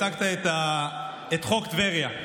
הצגת את חוק טבריה,